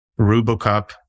RuboCop